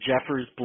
Jeffers